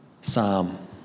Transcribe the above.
psalm